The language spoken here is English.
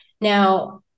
Now